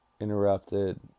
interrupted